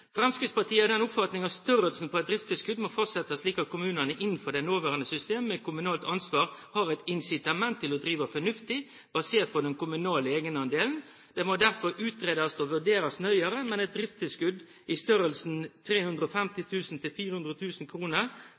Fremskrittspartiet er av den oppfatning at størrelsen på et driftstilskudd må fastsettes slik at kommunene innenfor det nåværende system med kommunalt ansvar har et incitament til å drive fornuftig, basert på den kommunale egenandelen. Det må derfor utredes og vurderes nøyere, men et driftstilskudd i størrelsen